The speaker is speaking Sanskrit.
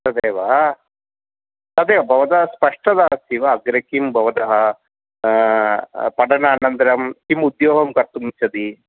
तदेव तदेव भवतः स्पष्टता अस्ति वा अग्रे किं भवतः पठनानन्तरं किम् उद्योगं कर्तुमिच्छति